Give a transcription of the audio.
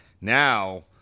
Now